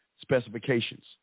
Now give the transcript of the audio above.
specifications